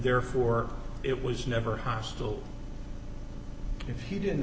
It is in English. therefore it was never hostile if he didn't